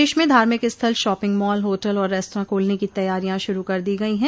प्रदेश में धार्मिक स्थल शापिंग मॉल होटल और रेस्त्रा खोलने की तैयारियां शुरू कर दी गयी हैं